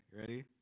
ready